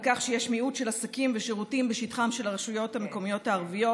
כך שיש מיעוט של עסקים ושירותים בשטחן של הרשויות המקומיות הערביות.